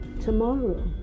tomorrow